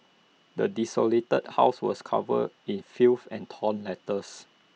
the desolated house was covered in filth and torn letters